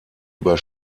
über